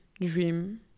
dream